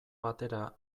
batera